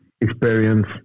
experience